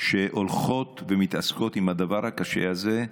שהולכות ומתעסקות עם הדבר הקשה הזה,